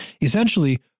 Essentially